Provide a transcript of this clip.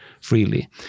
freely